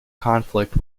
conflict